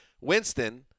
Winston